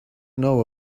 know